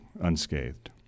unscathed